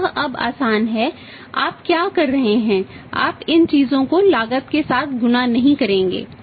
तो यह अब आसान है आप क्या कर रहे हैं आप इन चीजों को लागत के साथ गुणा नहीं करेंगे